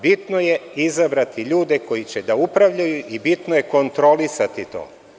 Bitno je izabrati ljude koji će da upravljaju i bitno je kontrolisati to.